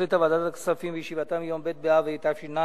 החליטה ועדת הכספים בישיבתה ביום ב' באב התש"ע,